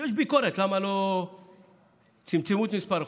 יש ביקורת למה לא צמצמו את מספר החוקים.